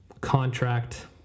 contract